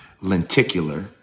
lenticular